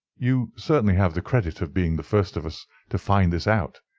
you certainly have the credit of being the first of us to find this out,